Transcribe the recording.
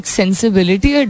sensibility